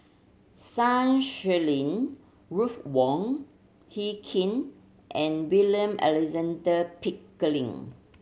Sun Xueling Ruth Wong Hie King and William Alexander Pickering